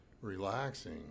Relaxing